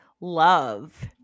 Love